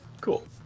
Cool